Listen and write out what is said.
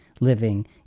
living